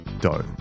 dough